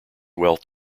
wealth